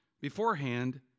beforehand